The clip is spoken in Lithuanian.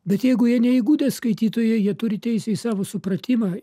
bet jeigu jie neįgudę skaitytojai jie turi teisę į savo supratimą